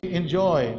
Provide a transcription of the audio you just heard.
enjoy